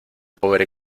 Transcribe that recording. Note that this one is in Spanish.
pobre